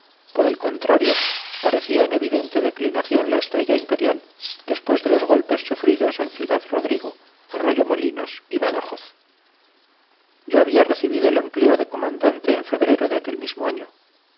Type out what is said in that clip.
por el contrario parecía en evidente declinación la estrella imperial después de los golpes sufridos en ciudad-rodrigo arroyomolinos y badajoz yo había recibido el empleo de comandante en febrero de aquel mismo año